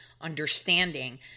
understanding